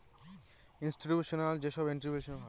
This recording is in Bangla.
ইনস্টিটিউশনাল যেসব এন্ট্ররপ্রেনিউরশিপ গুলো মানুষকে করাবে